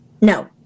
No